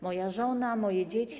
Moja żona moje dzieci/